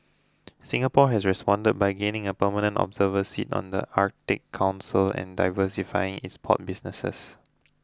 Singapore has responded by gaining a permanent observer seat on the Arctic Council and diversifying its port businesses